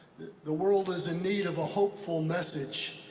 the world is in need of a hopeful message,